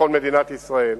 ביטחון מדינת ישראל.